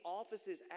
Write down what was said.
offices